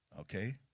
okay